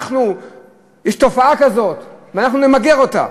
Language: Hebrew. יש תופעה כזאת, ואנחנו נמגר אותה.